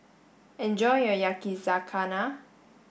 enjoy your Yakizakana